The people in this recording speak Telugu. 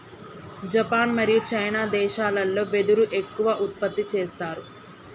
జపాన్ మరియు చైనా దేశాలల్లో వెదురు ఎక్కువ ఉత్పత్తి చేస్తారు